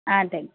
ஆ thank you